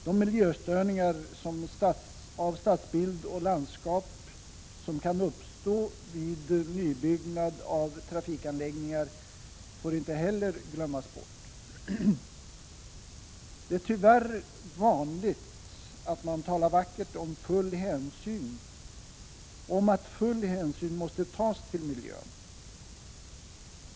De miljöstörningar av stadsbild och landskap som kan uppstå vid nybyggnad av trafikanläggningar får inte heller glömmas bort. Det är tyvärr vanligt att man talar vackert om att full hänsyn måste tas till miljön.